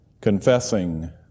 confessing